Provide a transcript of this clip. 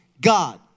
God